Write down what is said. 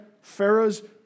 Pharaoh's